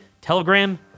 telegram